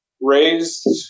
raised